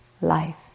life